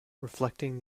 reflecting